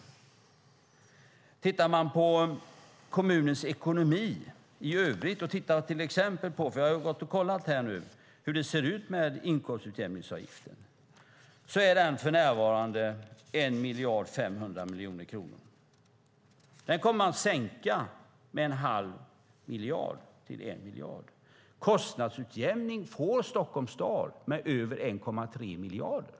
Jag har tittat på kommunens ekonomi i övrigt vad gäller inkomstutjämningsavgiften. För närvarande är den avgiften 1 500 000 kronor. Den kommer man att sänka med en halv miljard till 1 miljard. Kostnadsutjämning får Stockholms stad med över 1,3 miljarder.